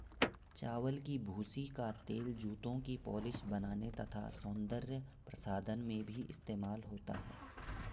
चावल की भूसी का तेल जूतों की पॉलिश बनाने तथा सौंदर्य प्रसाधन में भी इस्तेमाल होता है